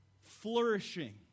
flourishing